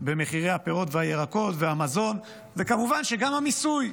במחירי הפירות והירקות והמזון, וכמובן שגם המיסוי.